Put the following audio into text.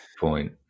point